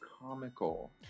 comical